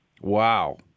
Wow